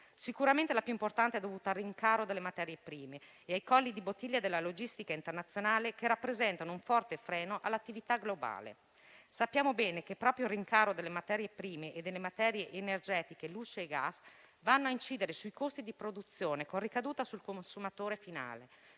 Sicuramente la più importante è dovuta al rincaro delle materie prime e ai colli di bottiglia della logistica internazionale, che rappresentano un forte freno all'attività globale. Sappiamo bene che proprio il rincaro delle materie prime e delle materie energetiche (luce e gas) va a incidere sui costi di produzione, con una ricaduta sul consumatore finale